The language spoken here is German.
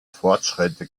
fortschritte